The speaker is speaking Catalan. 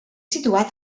situat